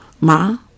Ma